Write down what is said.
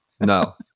No